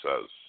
says